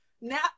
now